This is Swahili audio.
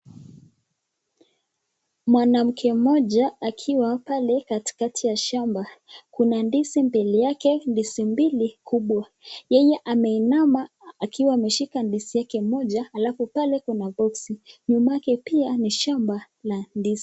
Mwanamke mmoja akiwa pale katikati ya shamba. Kuna ndizi mbele yake ndizi mbili kubwa. Yeye ameinama akiwa ameshika ndizi yake moja alafu pale kuna boksi , nyuma yake pia ni shamba la ndizi.